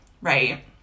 right